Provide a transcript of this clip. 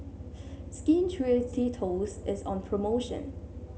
Skin Ceuticals is on promotion